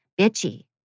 bitchy